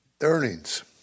earnings